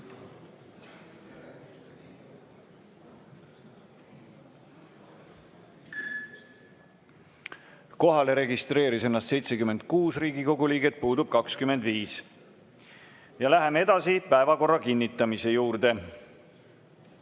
Kohalolijaks registreeris ennast 76 Riigikogu liiget, puudub 25. Läheme edasi päevakorra kinnitamise juurde.